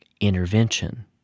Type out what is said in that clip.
intervention